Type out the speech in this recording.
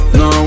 no